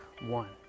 one